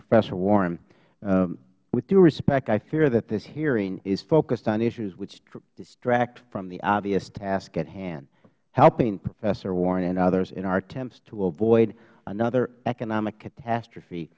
professor warren with due respect i fear that this hearing is focused on issues which distract from the obvious task at hand helping professor warren and others in our attempts to avoid another economic catastrophe